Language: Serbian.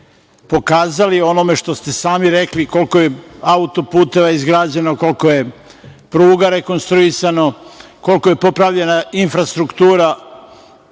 pokazali u onome što ste sami rekli koliko je autoputeva izgrađeno, koliko je pruga rekonstruisano, koliko je popravljena infrastruktura